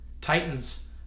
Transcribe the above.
Titans